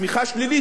התכווצות,